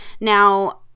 Now